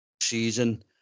season